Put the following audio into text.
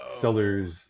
sellers